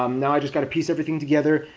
um now i just gotta piece everything together.